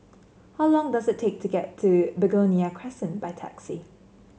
how long does it take to get to Begonia Crescent by taxi